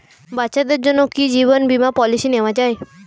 বাচ্চাদের জন্য কি জীবন বীমা পলিসি নেওয়া যায়?